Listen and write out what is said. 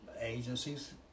agencies